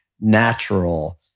natural